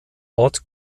ort